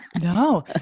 No